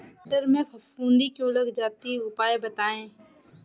मटर में फफूंदी क्यो लग जाती है उपाय बताएं?